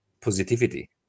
positivity